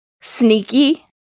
sneaky